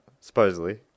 supposedly